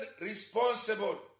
responsible